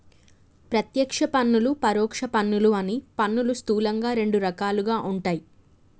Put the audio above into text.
ప్రత్యక్ష పన్నులు, పరోక్ష పన్నులు అని పన్నులు స్థూలంగా రెండు రకాలుగా ఉంటయ్